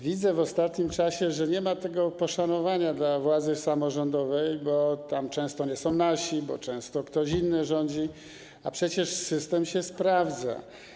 Widzę w ostatnim czasie, że nie ma tego poszanowania dla władzy samorządowej, bo tam często nie są nasi, bo często ktoś inny rządzi, a przecież system się sprawdza.